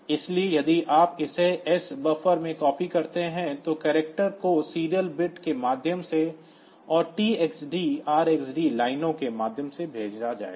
इसलिए यदि आप इसे एस बफ़ में कॉपी करते हैं तो को सीरियल बिट के माध्यम से और TXD RXD लाइनों के माध्यम से भेजा जाएगा